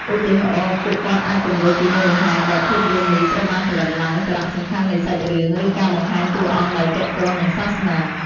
ឧទាហរណ៍ ពួកគាត់អាចពន្យល់ពីមូលហេតុដែលភាពយន្តនេះត្រូវបានផលិតឡើង សារៈសំខាន់នៃសាច់រឿង ឬការបង្ហាញតួអង្គដែលទាក់ទងនឹងសាសនា។